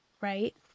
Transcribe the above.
right